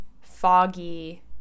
foggy